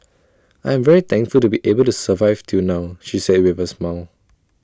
I am very thankful to be able to survive till now she said with A smile